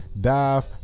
dive